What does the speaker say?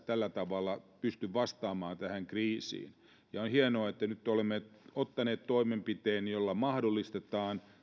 tällä tavalla pysty vastaamaan tähän kriisiin on hienoa että nyt olemme ottaneet toimenpiteen jolla mahdollistetaan